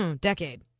decade